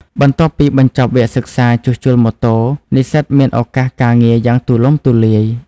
បន្ទាប់ពីបញ្ចប់វគ្គសិក្សាជួសជុលម៉ូតូ និស្សិតមានឱកាសការងារយ៉ាងទូលំទូលាយ។